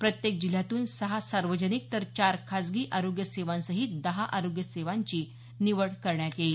प्रत्येक जिल्ह्यातून सहा सार्वजनिक तर चार खाजगी आरोग्य सेवांसहित दहा आरोग्य सेवांची निवड करण्यात येईल